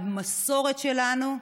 ומהמסורת שלנו.